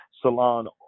salon